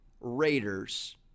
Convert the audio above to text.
Raiders